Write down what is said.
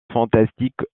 fantastique